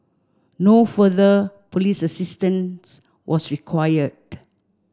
no further police assistance was required